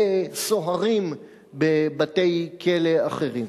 לסוהרים בבתי-כלא אחרים.